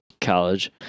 college